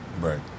Right